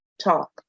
talk